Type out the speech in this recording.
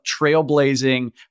trailblazing